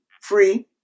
free